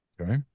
Okay